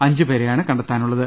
അഞ്ചുപേരെയാണ് കണ്ടെ ത്താനുള്ളത്